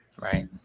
Right